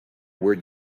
were